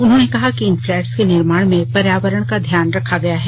उन्होंने कहा कि इन फ्लैट्स के निर्माण में पर्यावरण का ध्यान रखा गया है